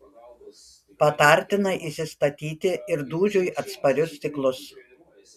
patartina įsistatyti ir dūžiui atsparius stiklus